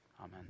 Amen